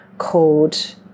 called